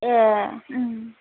ए ओं